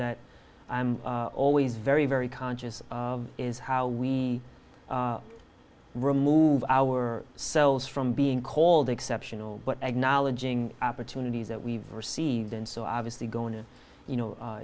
that i'm always very very conscious of is how we remove our selves from being called exceptional but acknowledging opportunities that we've received and so obviously going to you know